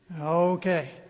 Okay